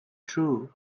true